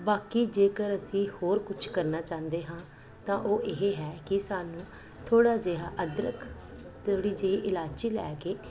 ਬਾਕੀ ਜੇਕਰ ਅਸੀਂ ਹੋਰ ਕੁਝ ਕਰਨਾ ਚਾਹੁੰਦੇ ਹਾਂ ਤਾਂ ਉਹ ਇਹ ਹੈ ਕਿ ਸਾਨੂੰ ਥੋੜ੍ਹਾ ਜਿਹਾ ਅਦਰਕ ਅਤੇ ਥੋੜ੍ਹੀ ਜਿਹੀ ਇਲਾਚੀ ਲੈ ਕੇ